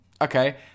Okay